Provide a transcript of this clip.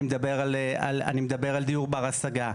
אני מדבר על דיור בר השגה.